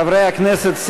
חברי הכנסת,